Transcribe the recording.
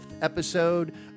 episode